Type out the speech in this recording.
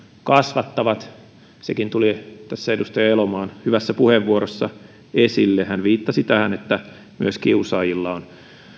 kasvattavat ja sekin tuli tässä edustaja elomaan hyvässä puheenvuorossa esille hän viittasi tähän että myös kiusaajilla